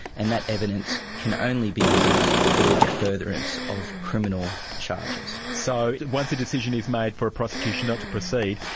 and that evidence can only be used for the furtherance of criminal charges. so once a decision is made for a prosecution not to proceed,